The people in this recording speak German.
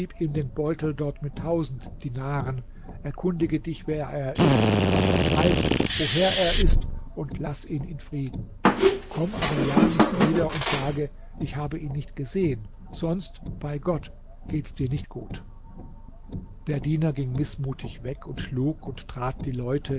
ihm den beutel dort mit tausend dinaren erkundige dich wer er ist was er treibt woher er ist und laß ihn in frieden komm aber ja nicht wieder und sage ich habe ihn nicht gesehen sonst bei gott geht's dir nicht gut der diener ging mißmutig weg und schlug und trat die leute